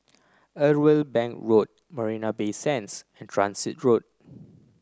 Irwell Bank Road Marina Bay Sands and Transit Road